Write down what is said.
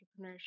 entrepreneurship